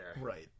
right